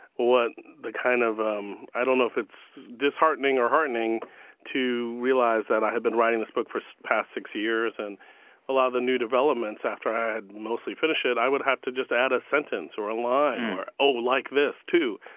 what the kind of um i don't know if it's disheartening or heartening to realize that i had been writing this book for the so past six years and a lot of the new developments after i had mostly finished it, i would have to just add a sentence or a line or, like this, too.